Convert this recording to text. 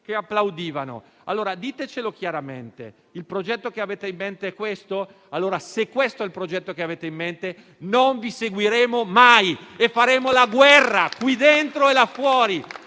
che applaudivano. Ditecelo chiaramente, allora. Il progetto che avete in mente è questo? Se questo è il progetto che avete in mente, non vi seguiremo mai e faremo la guerra, qui dentro e là fuori,